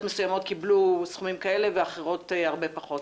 מסוימות קיבלו סכומים כאלה ואחרות הרבה פחות,